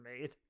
made